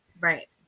right